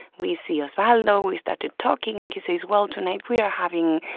we see osvaldo. we started talking. and he says, well, tonight we are having,